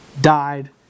died